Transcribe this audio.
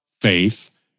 faith